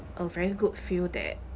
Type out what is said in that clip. a very good field that